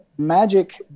Magic